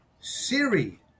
Siri